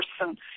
person